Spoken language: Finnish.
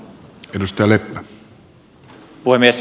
herra puhemies